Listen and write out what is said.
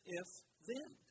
if-then